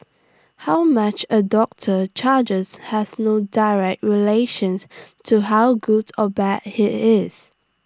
how much A doctor charges has no direct relations to how good or bad he is